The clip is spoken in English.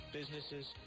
businesses